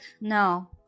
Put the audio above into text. no